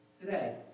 today